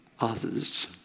others